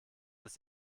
des